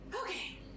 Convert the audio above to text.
Okay